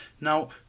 Now